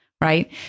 Right